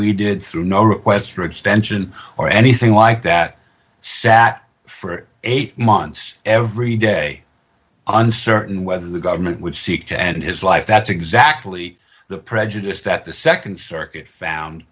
extension or anything like that sat for eight months every day uncertain whether the government would seek to end his life that's exactly the prejudice that the nd circuit found